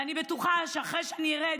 ואני בטוחה שאחרי שאני ארד,